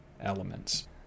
elements